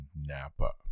Napa